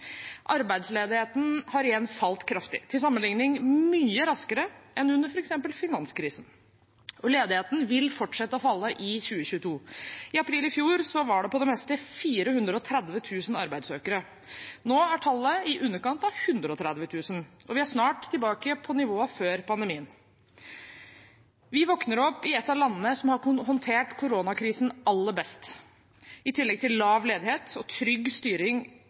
Arbeidsledigheten har igjen falt kraftig – til sammenligning mye raskere enn under f.eks. finanskrisen – og ledigheten vil fortsette å falle i 2022. I april i fjor var det på det meste 430 000 arbeidssøkere. Nå er tallet i underkant av 130 000, og vi er snart tilbake på nivået før pandemien. Vi våkner opp i et av landene som har håndtert koronakrisen aller best. I tillegg til lav ledighet og trygg styring